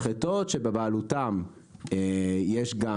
המשחטות שלהם מוציאות